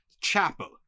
chapel